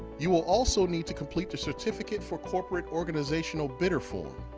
you will also need to complete the certificate for corporate organizational bidder form.